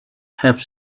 have